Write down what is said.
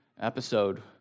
episode